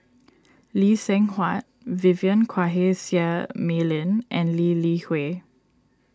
Lee Seng Huat Vivien Quahe Seah Mei Lin and Lee Li Hui